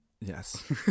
Yes